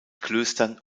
klöstern